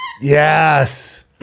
Yes